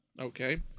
Okay